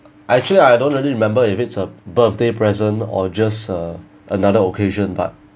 actually I don't really remember if it's a birthday present or just a another occasion but